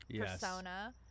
persona